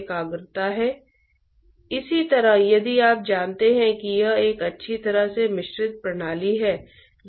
और इसलिए वह आंतरिक प्रवाह खंड में शामिल किया जाएगा